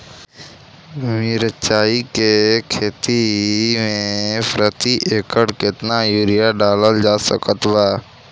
मिरचाई के खेती मे प्रति एकड़ केतना यूरिया डालल जा सकत बा?